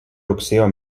rugsėjo